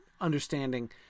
understanding